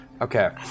Okay